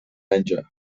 menja